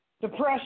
depression